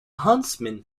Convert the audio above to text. huntsman